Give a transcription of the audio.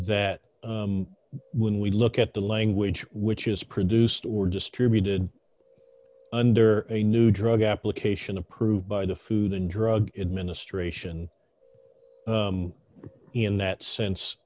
that when we look at the language which is produced were distributed under a new drug application approved by the food and drug administration in that sense